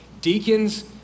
deacons